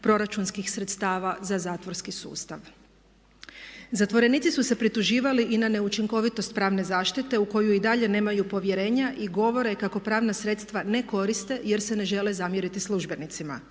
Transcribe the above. proračunskih sredstava za zatvorski sustav. Zatvorenici su se prituživali i na neučinkovitost pravne zaštite u koju i dalje nemaju povjerenja i govore kako pravna sredstva ne koriste, jer se ne žele zamjeriti službenicima.